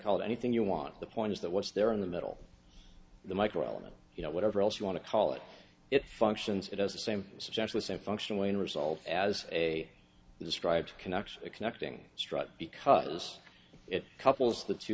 call it anything you want the point is that what's there in the middle of the micro element you know whatever else you want to call it it functions it has the same subject with a functional unresolved as a described connection connecting struck because it couples the two